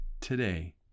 today